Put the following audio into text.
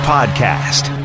Podcast